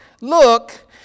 look